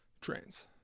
trains